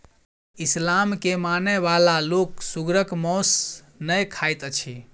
इस्लाम के मानय बला लोक सुगरक मौस नै खाइत अछि